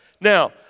Now